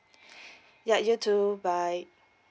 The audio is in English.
ya you too bye